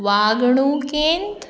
वागणूकेंत